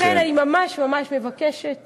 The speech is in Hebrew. לכן, אני ממש ממש מבקשת